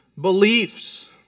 beliefs